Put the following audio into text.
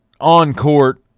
on-court